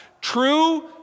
True